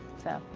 so.